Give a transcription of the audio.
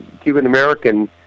Cuban-American